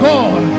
God